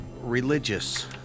religious